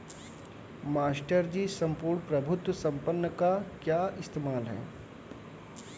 Master ji सम्पूर्ण प्रभुत्व संपन्न का क्या इस्तेमाल है?